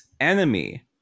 enemy